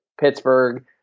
Pittsburgh